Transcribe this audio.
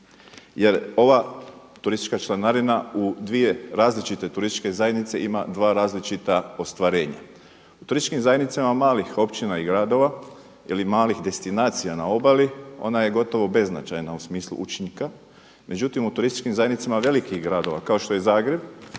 Jer ova turistička članarina u dvije različite turističke zajednice ima dva različita ostvarenja. U turističkim zajednicama malih općina i gradova ili malih destinacija na obali, ona je gotovo beznačajna u smislu učinka, međutim u turističkim zajednicama velikih gradova kao što je Zagreb,